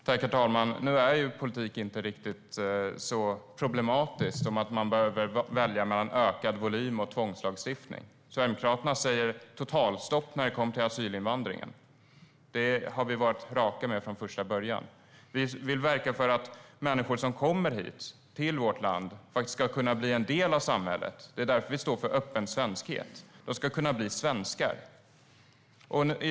Herr talman! Nu är politik inte riktigt så problematisk att man behöver välja mellan ökad volym och tvångslagstiftning. Sverigedemokraterna säger totalstopp när det kommer till asylinvandring. Det har vi varit raka med från första början. Vi vill verka för att människor som kommer hit till vårt land faktiskt ska bli en del av samhället. Det är därför vi står för öppen svenskhet. De ska kunna bli svenskar.